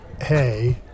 hey